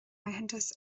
aitheantas